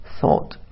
thought